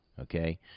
okay